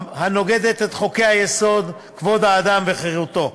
הנוגדת את חוק-יסוד: כבוד האדם וחירותו.